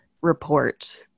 report